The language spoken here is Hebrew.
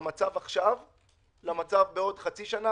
המצב עכשיו למצב בעוד חצי שנה?